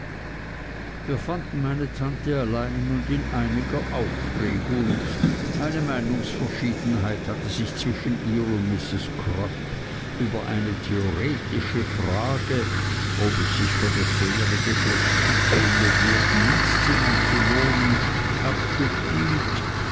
wir fanden meine tante allein und in einiger aufregung eine meinungsverschiedenheit hatte sich zwischen ihr und mrs crupp über eine theoretische frage ob es sich für das schönere geschlecht schicke in möblierten mietszimmern zu wohnen abgespielt